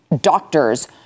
doctors